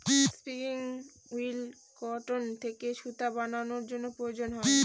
spinning wheel cotton থেকে সুতা বানানোর জন্য প্রয়োজন হয়